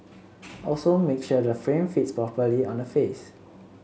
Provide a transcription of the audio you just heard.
also make sure the frame fits properly on the face